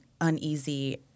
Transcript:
uneasy